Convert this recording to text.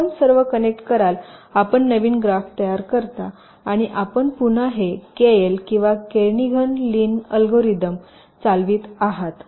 आपण अशी सर्व कनेक्ट कराल आपण नवीन ग्राफ तयार करता आणि आपण पुन्हा हे के एल किंवा केर्निघन लिन अल्गोरिदम चालवित आहात